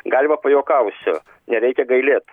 galima pajuokausiu nereikia gailėt